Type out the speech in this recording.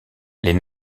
les